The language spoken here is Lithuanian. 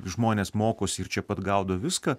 žmonės mokosi ir čia pat gaudo viską